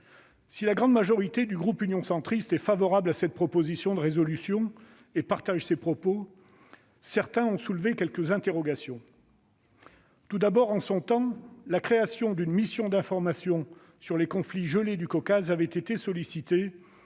Si la grande majorité du groupe Union Centriste est favorable à cette proposition de résolution et partage ces propos, certains membres du groupe ont soulevé quelques interrogations. Tout d'abord, la création d'une mission d'information sur les conflits gelés du Caucase avait été un temps sollicitée